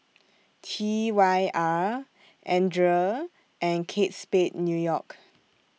T Y R Andre and Kate Spade New York